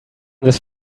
this